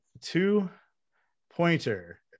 two-pointer